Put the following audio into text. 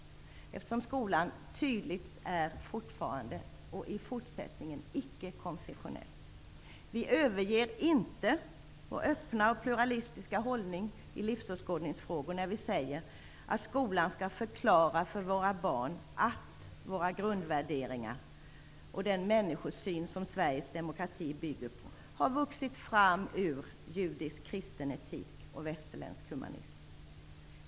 Skolan är fortfarande tydligt icke-konfessionell. Vi överger inte vår öppna och pluralistiska hållning i livsåskådningsfrågor när vi säger att skolan skall förklara för våra barn att våra grundvärderingar och den männskosyn som Sveriges demokrati bygger på har vuxit fram judisk-kristen etik och västerländsk humanism.